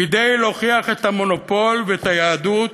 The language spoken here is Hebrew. כדי להוכיח את המונופול ואת היהדות